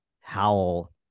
Howl